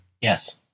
Yes